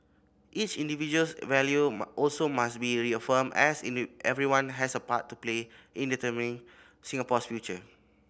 each individual's value also must be reaffirmed as everyone has a part to play in determining Singapore's future